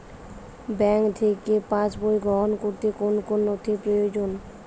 Bank থেকে pass বই সংগ্রহ করতে কোন কোন নথি প্রয়োজন?